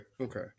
Okay